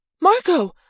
Marco